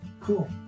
Cool